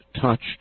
touched